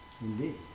Indeed